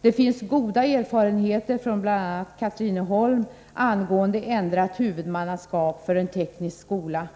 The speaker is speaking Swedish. Det finns goda erfarenheter från bl.a. Katrineholm angående ändrat huvudmannaskap för en teknisk skola.